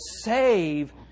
save